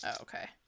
okay